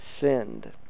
sinned